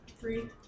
Three